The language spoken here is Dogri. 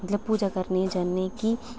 मतलब पूजा करने जन्ने कि